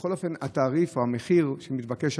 בכל אופן התעריף או המחיר שמתבקש,